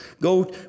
Go